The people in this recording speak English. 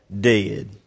dead